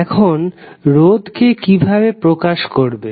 এখন রোধকে কিভাবে প্রকাশ করবে